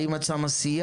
האם את שמה סייג?